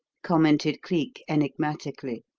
commented cleek enigmatically.